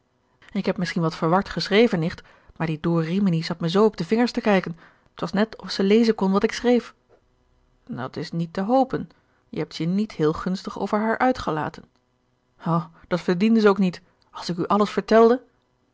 ik heb misschien wat verward geschreven nicht maar die door rimini zat me zoo op de vingers te kijken het was net of zij lezen kon wat ik schreef dat is niet te hopen je hebt je niet heel gunstig over haar uitgelaten o dat verdiende ze ook niet als ik u alles vertelde